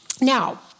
Now